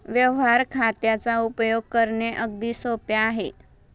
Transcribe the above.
व्यवहार खात्याचा उपयोग करणे अगदी सोपे आहे